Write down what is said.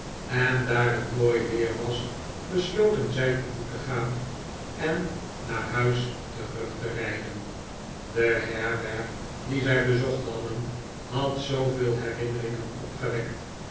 en daar het mooi weer was besloten zij te voet te gaan en naar huis terug te rijden de herberg die zij bezocht hadden had zooveel herinneringen opgewekt